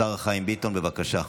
השר חיים ביטון, בבקשה.